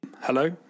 Hello